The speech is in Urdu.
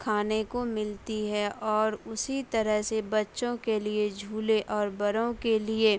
کھانے کو ملتی ہے اور اسی طرح سے بچوں کے لیے جھولے اور بڑوں کے لیے